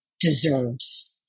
deserves